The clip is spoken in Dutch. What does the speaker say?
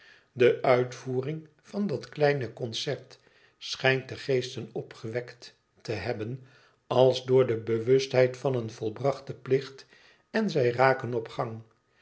de uitvoering van dat kleine concert schijnt de geesten opgewekt te hebben als door de bewustheid van een volbrachten plicht en zij rieiken op gang